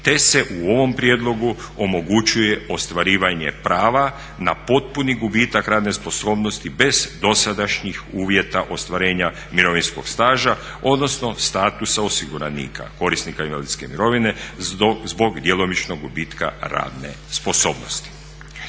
te se u ovom prijedlogu omogućuje ostvarivanje prava na potpuni gubitak radne sposobnosti bez dosadašnjih uvjeta ostvarenja mirovinskog staža, odnosno statusa osiguranika korisnika invalidske mirovine zbog djelomičnog gubitka radne sposobnosti.